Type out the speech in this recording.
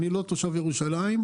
אני לא תושב ירושלים,